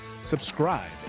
subscribe